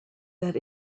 that